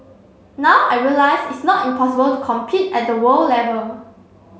now I realise it's not impossible to compete at the world level